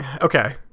okay